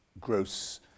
gross